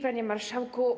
Panie Marszałku!